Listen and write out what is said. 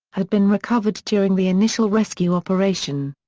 had been recovered during the initial rescue operation.